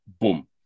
boom